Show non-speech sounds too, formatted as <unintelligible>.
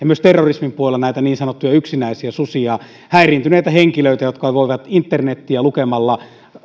<unintelligible> myös terrorismin puolella meillä on näitä niin sanottuja yksinäisiä susia häiriintyneitä henkilöitä jotka voivat internetiä lukemalla